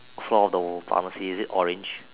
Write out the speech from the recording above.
floor of the pharmacy is it orange